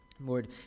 Lord